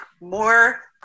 more